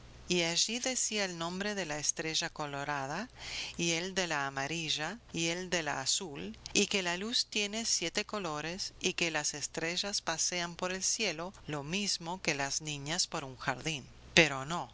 y allí decía el nombre de la estrella colorada y el de la amarilla y el de la azul y que la luz tiene siete colores y que las estrellas pasean por el cielo lo mismo que las niñas por un jardín pero no